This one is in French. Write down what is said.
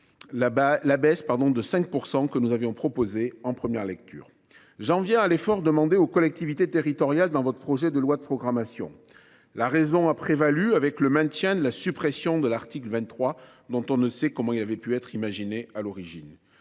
la baisse de 5 % que nous avions proposée en première lecture. J’en viens à l’effort demandé aux collectivités territoriales dans votre projet de loi de programmation. La raison a prévalu, avec le maintien de la suppression de l’article 23, dont on ne sait comment il avait pu être imaginé à l’origine.